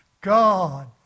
God